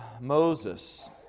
Moses